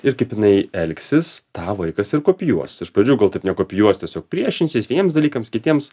ir kaip jinai elgsis tą vaikas ir kopijuos iš pradžių gal taip nekopijuos tiesiog priešinsis vieniems dalykams kitiems